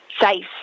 safe